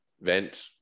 vent